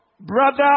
brother